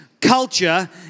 culture